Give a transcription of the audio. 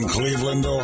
Cleveland